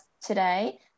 today